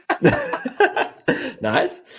Nice